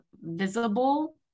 visible